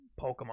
Pokemon